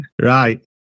right